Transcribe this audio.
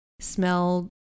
smell